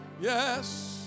yes